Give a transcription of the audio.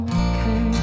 okay